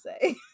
say